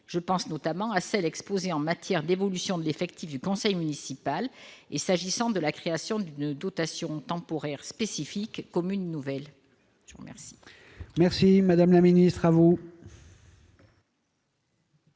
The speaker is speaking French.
Je pense notamment à celles exposées en matière d'évolution de l'effectif du conseil municipal et concernant la création d'une dotation temporaire spécifique commune nouvelle. La parole est à Mme